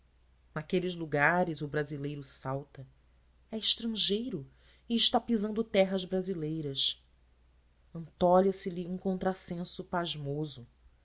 naqueles lugares o brasileiro salta é estrangeiro e está pisando em terras brasileiras antolha se lhe um contra senso pasmoso